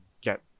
Get